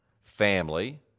family